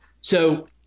So-